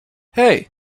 hey